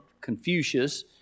Confucius